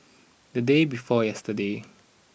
the day before yesterday